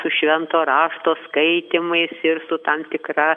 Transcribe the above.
su švento rašto skaitymais ir su tam tikra